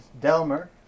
Delmer